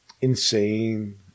insane